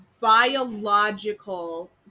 biological